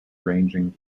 ranging